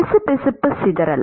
பிசுபிசுப்பு சிதறல்